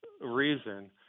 reason